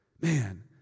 Man